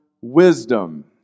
wisdom